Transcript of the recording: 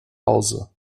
hause